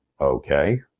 Okay